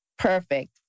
perfect